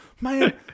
Man